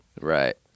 right